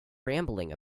rambling